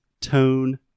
tone